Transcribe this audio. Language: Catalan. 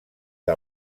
que